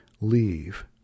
leave